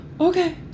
okay